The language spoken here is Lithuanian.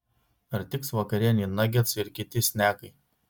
ar tiks vakarienei nagetsai ir kiti snekai